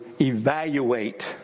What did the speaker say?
evaluate